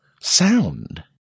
sound